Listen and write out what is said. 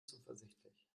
zuversichtlich